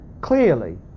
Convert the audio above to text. clearly